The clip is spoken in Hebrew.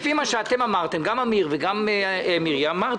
לפי מה שאתם אמרתם, גם אמיר דהן וגם מירי סביון,